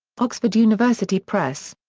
oxford university press.